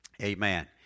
Amen